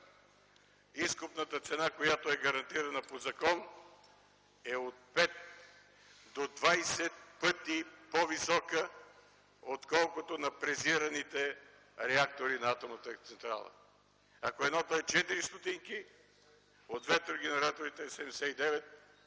изкупната цена, която е гарантирана по закон е от 5 до 20 пъти по-висока, отколкото на презираните реактори на атомната електроцентрала. Ако едното е 4 стотинки – от ветрогенераторите е 79